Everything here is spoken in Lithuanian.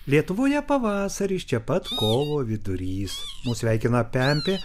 lietuvoje pavasaris čia pat kovo vidurys mus sveikina pempė